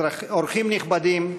אורחים נכבדים,